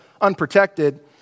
unprotected